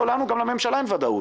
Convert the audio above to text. לא לנו וגם לממשלה אין ודאות.